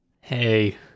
Hey